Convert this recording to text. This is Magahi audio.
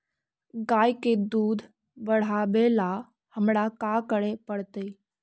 गाय के दुध बढ़ावेला हमरा का करे पड़तई?